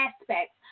aspects